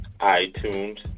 iTunes